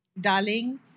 Darling